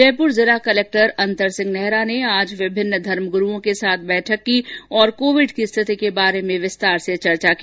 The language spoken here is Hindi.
जयपुर जिला कलक्टर अंतर सिंह नेहरा ने आज विभिन्न धर्मगुरूओं के साथ बैठक की और कोविड की स्थिति के बारे में विस्तार से चर्चा की